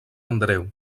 andreu